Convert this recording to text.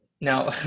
Now